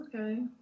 Okay